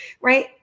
right